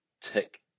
tick